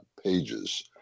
pages